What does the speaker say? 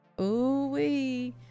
Ooh-wee